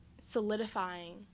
solidifying